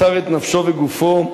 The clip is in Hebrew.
מסר את נפשו וגופו,